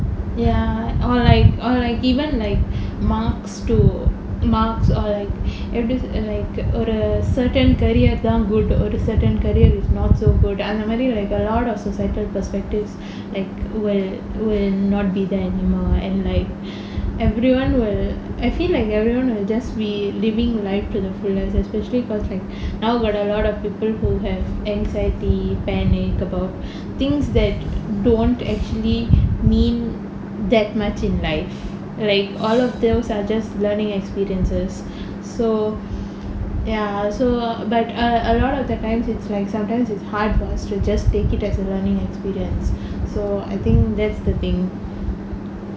ya or like or like even like marks to marks or like எப்படி சொல்றது:eppadi solrathu or a certain career தான்:thaan good or a certain career is not so good err அந்த மாதிரி:antha maathiri like a lot of societal perspectives like where will not be there anymore and like everyone will I feel like everyone will just be living life to the fullest especially because like now got a lot of people who have anxiety panic about things that don't actually mean that much in life like all of them are just learning experiences so ya so but err a lot of the times it's like sometimes it's hard for us to just take it as a learning experience so I think that's the thing